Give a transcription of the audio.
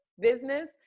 business